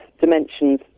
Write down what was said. dimensions